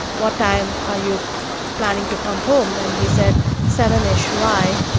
what time are you planning to come home? and he said seven ish. why?